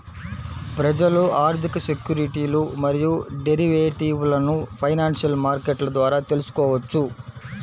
ప్రజలు ఆర్థిక సెక్యూరిటీలు మరియు డెరివేటివ్లను ఫైనాన్షియల్ మార్కెట్ల ద్వారా తెల్సుకోవచ్చు